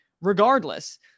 Regardless